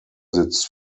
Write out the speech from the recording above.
sitzt